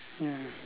ya